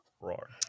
Roar